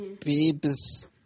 babies